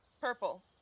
Purple